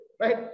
Right